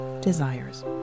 desires